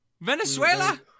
Venezuela